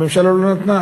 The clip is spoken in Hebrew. הממשלה לא נתנה,